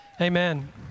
amen